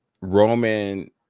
Roman